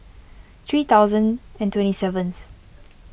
three thousand and twenty seventh